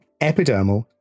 Epidermal